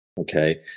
okay